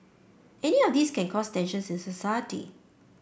any of these can cause tensions in society